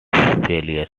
failures